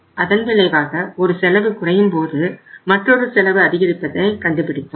அதன் விளைவாக ஒரு செலவு குறையும் போது மற்றொரு செலவு அதிகரிப்பதை கண்டுபிடித்தோம்